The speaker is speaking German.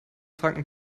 franken